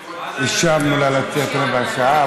אישרנו לה לצאת לרבע שעה,